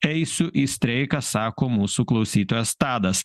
eisiu į streiką sako mūsų klausytojas tadas